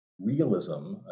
realism